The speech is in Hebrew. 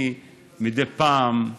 אני מדי פעם,